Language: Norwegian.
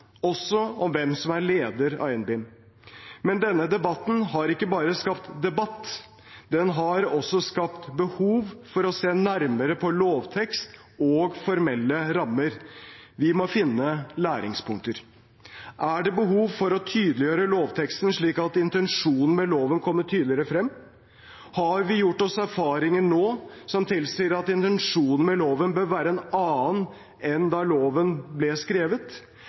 også om hvem som er leder av NBIM, men denne debatten har ikke bare skapt debatt, den har også skapt behov for å se nærmere på lovtekst og formelle rammer. Vi må finne læringspunkter. Er det behov for å tydeliggjøre lovteksten, slik at intensjonen med loven kommer tydeligere frem? Har vi gjort oss erfaringer nå som tilsier at intensjonen med loven bør være en annen enn da loven ble skrevet?